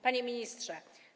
Panie Ministrze!